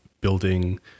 building